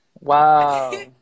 Wow